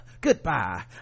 Goodbye